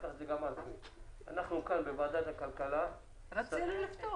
אנחנו כאן בוועדת הכלכלה -- רצינו לפתוח.